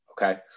okay